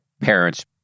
parents